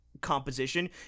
composition